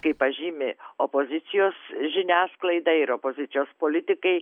kaip pažymi opozicijos žiniasklaida ir opozicijos politikai